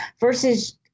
versus